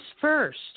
first